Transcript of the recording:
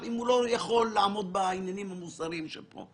יכול להיות שאתה רואה כרגע את הטווח הקצר,